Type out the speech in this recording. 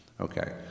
Okay